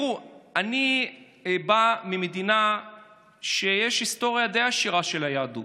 אני בא ממדינה שיש לה היסטוריה די עשירה של יהדות.